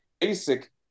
Basic